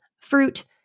fruit